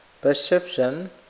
perception